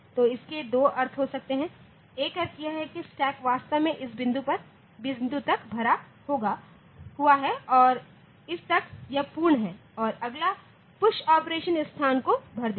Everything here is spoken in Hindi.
तो इसके दो अर्थ हो सकते हैं एक अर्थ यह है कि स्टैक वास्तव में इस बिंदु तक भरा हुआ है इस तक यह पूर्ण है और अगला है पुश ऑपरेशन इस स्थान को भर देगा